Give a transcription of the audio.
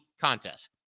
Contest